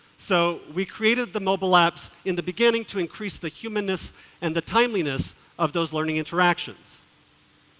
so we created the mobile apps in the beginning to increase the humanness and the timeliness of those learning interactions.